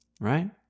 Right